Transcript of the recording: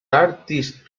artist